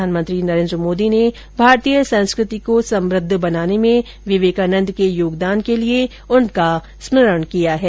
प्रघानमंत्री नरेन्द्र मोदी ने भारतीय संस्कृति को समृद्ध बनाने में विवेकानन्द के योगदान के लिए उनका स्मरण किया है